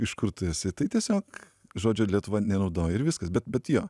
iš kur tu esi tai tiesiog žodžio lietuva nenaudoji ir viskas bet bet jo